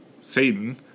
Satan